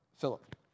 Philip